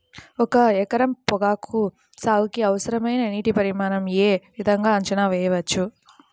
ఒక ఎకరం పొగాకు సాగుకి అవసరమైన నీటి పరిమాణం యే విధంగా అంచనా వేయవచ్చు?